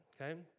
Okay